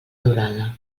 durada